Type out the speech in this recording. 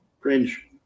cringe